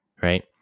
right